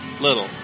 Little